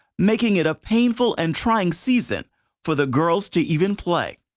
making it a painful and trying season for the girls to even play.